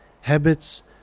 habits